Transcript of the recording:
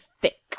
thick